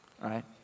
Right